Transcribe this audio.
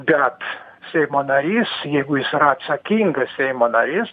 bet seimo narys jeigu jis yra atsakingas seimo narys